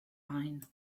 ein